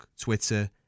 Twitter